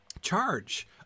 charge